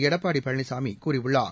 எடப்பாடிபழனிசாமிகூறியுள்ளார்